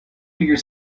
figure